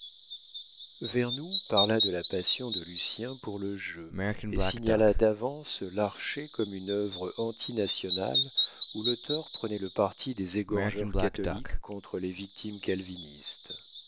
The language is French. chardon vernou parla de la passion de lucien pour le jeu et signala d'avance l'archer comme une œuvre anti nationale où l'auteur prenait le parti des égorgeurs catholiques contre les victimes calvinistes